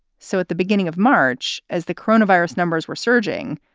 so at the beginning of march, as the coronavirus numbers were surging,